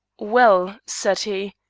well, said he,